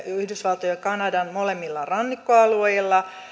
yhdysvaltojen ja kanadan molemmilla rannikkoalueilla